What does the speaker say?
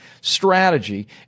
strategy